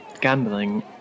gambling